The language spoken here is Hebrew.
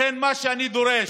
לכן מה שאני דורש: